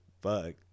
Fuck